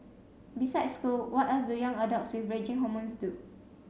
besides school what else do young adults with raging hormones do